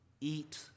eat